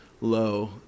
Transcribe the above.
low